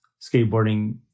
skateboarding